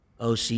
OC